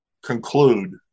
conclude